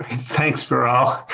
thanks, viral.